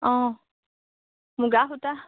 অ' মুগা সূতা